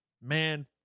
man